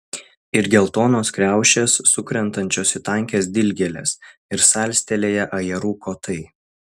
ir geltonos kriaušės sukrentančios į tankias dilgėles ir salstelėję ajerų kotai